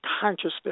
consciousness